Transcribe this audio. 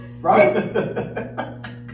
right